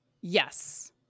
Yes